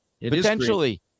Potentially